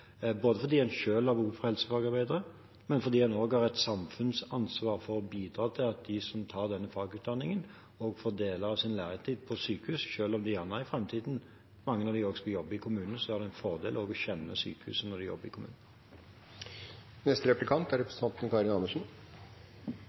både fordi en selv har behov for helsefagarbeidere, og fordi en har et samfunnsansvar med hensyn til å bidra til at de som tar denne fagutdanningen, får deler av sin læretid på sykehus. Selv om mange av dem i framtiden skal jobbe i kommunen, er det en fordel også å kjenne sykehuset når de jobber i kommunen. Jeg er